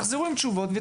תחזרו עם תשובות.